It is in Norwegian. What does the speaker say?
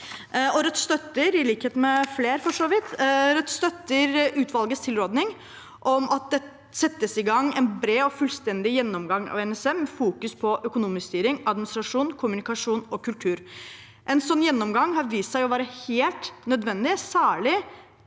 med flere, utvalgets tilråding om at det settes i gang en bred og fullstendig gjennomgang av NSM med fokus på økonomistyring, administrasjon, kommunikasjon og kultur. En slik gjennomgang har vist seg å være helt nødvendig, særlig